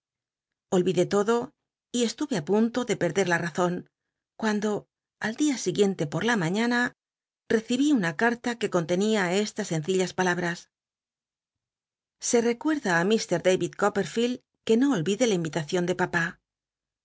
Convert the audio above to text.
olvidé l odo y estuve á punlo de perder la razon cuando al dia siguiente po i la maííana i'c ci bi una carla que conlenia colas sencillas palabras biblioteca nacional de españa david copperfield se recuerda í mr david copperfield ue no olvide la imitacion de papá